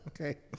Okay